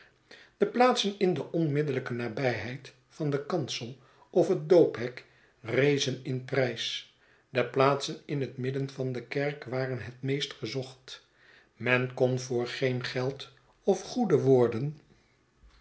de plaatsen in de oiimiddellijke nabijheid van den kansel of het doophek rezen in prijs de plaatsen in bet midden van de kerk waren het meest gezocht men kon voor geen geld of goede woorden